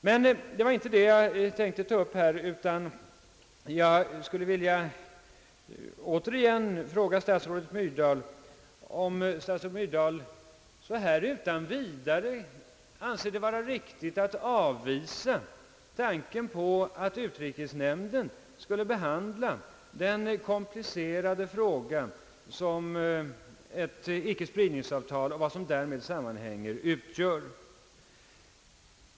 Men det var inte detta jag tänkte ta upp i min replik, utan jag skulle återigen vilja fråga statsrådet Myrdal, om hon utan vidare håller med om att det vore riktigt att avvisa tanken på att utrikesnämnden skulle behandla den komplicerade fråga, som ett icke-spridningsavtal och vad som därmed sammanhänger utgör.